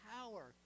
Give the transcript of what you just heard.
power